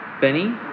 Benny